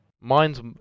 Mine's